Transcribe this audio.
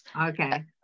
okay